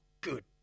good